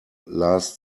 last